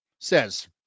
says